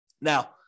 Now